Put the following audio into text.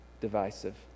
divisive